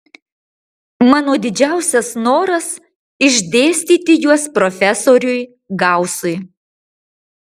mano didžiausias noras išdėstyti juos profesoriui gausui